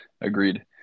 agreed